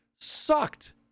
sucked